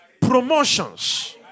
Promotions